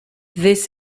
this